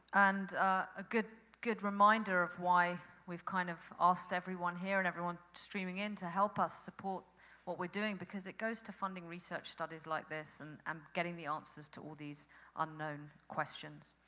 and a good good reminder of why we've kind of asked everyone here and everyone streaming in to help us support what we're doing, because it goes to funding research studies like this, and um getting the answers to all these unknown questions.